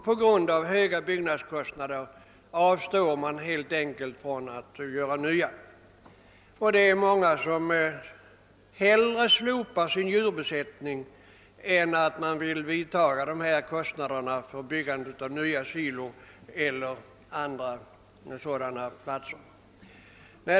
På grund av höga byggnadskostnader avstår jordbrukarna helt enkelt från att göra nya. Det är många jordbrukare som hellre slopar sin djurbesättning än ikläder sig dessa kostnader för byggande av nya siloanläggningar eller andra sådana anläggningar.